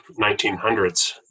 1900s